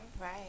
right